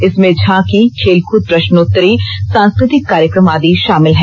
इसमें झांकी खेलकूद प्रश्नोत्तरी सांस्कृतिक कार्यक्रम आदि शामिल हैं